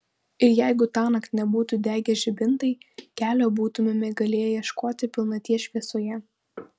ir jeigu tąnakt nebūtų degę žibintai kelio būtumėme galėję ieškoti pilnaties šviesoje